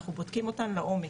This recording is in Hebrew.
אנחנו בודקים אותן לעומק.